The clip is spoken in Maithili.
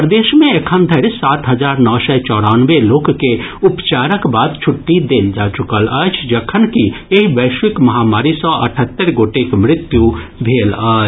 प्रदेश मे एखनधरि सात हजार नओ सय चौरानवे लोक के उपचारक बाद छुट्टी देल जा चुकल अछि जखनकि एहि वैश्विक महामारी सँ अठहत्तरि गोटेक मृत्यु भेल अछि